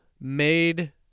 made